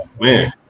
man